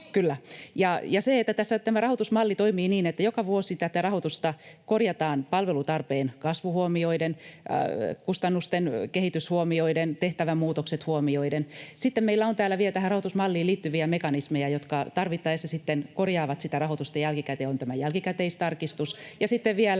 kyllä. — Ja tässä tämä rahoitusmalli toimii niin, että joka vuosi tätä rahoitusta korjataan palvelutarpeen kasvu huomioiden, kustannusten kehitys huomioiden, tehtävämuutokset huomioiden. Sitten meillä on täällä vielä tähän rahoitusmalliin liittyviä mekanismeja, jotka tarvittaessa korjaavat sitä rahoitusta jälkikäteen — on tämä jälkikäteistarkistus